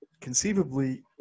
conceivably